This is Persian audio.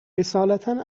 اصالتا